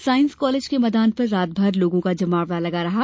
साईस कॉलेज के मैदान पर रातभर लोगों का जमावडा लगा रहा